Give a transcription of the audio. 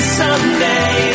someday